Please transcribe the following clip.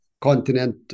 continent